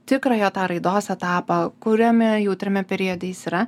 tikrą jo tą raidos etapą kuriame jautriame periode jis yra